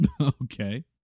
Okay